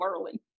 early